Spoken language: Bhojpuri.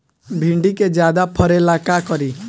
भिंडी के ज्यादा फरेला का करी?